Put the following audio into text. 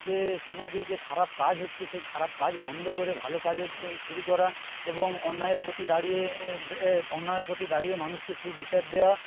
যে সমাজে যে খারাপ কাজ হচ্ছে সে খারাপ কাজ বন্ধ করে ভালো কাজের শুরু করা এবং অন্যায়ের প্রতি দাঁড়িয়ে অন্যায়ের প্রতি দাঁড়িয়ে মানুষকে সুবিচার দেওয়া